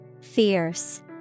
Fierce